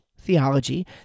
theology